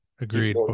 Agreed